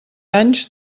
anys